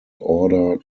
order